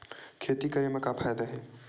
खेती करे म का फ़ायदा हे?